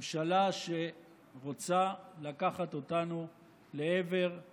ממשלה שרוצה לקחת אותנו לעברי